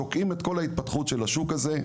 תוקעים את כל ההתפתחות של השוק הזה,